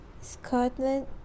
Scotland